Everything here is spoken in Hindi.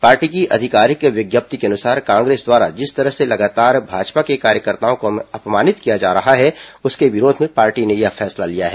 पार्टी की अधिकारिक विज्ञप्ति के अनुसार कांग्रेस द्वारा जिस तरह लगातार भाजपा के कार्यकर्ताओं को अपमानित किया जा रहा है उसके विरोध में पार्टी ने यह फैसला लिया है